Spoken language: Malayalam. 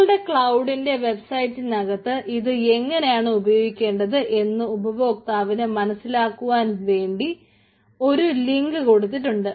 ഞങ്ങളുടെ ക്ലൌഡിന്റെ വെബ്സൈറ്റിനകത്ത് ഇത് എങ്ങനെയാണ് ഉപയോഗിക്കേണ്ടത് എന്ന് ഉപഭോക്താവിന് മനസ്സിലാക്കുവാൻ വേണ്ടി ഒരു ലിങ്ക് കൊടുത്തിട്ടുണ്ട്